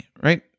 right